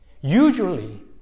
Usually